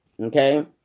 okay